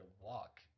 walk